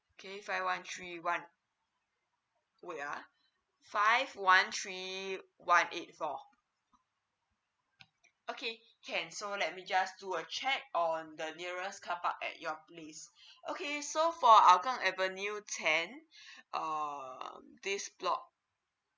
okay five one three one wait ah five one three one eight four okay can so let me just do a check on the nearest car park at your place okay so for hougang avenue ten um this block